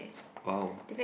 !wow!